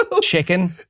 Chicken